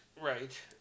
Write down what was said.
Right